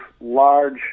large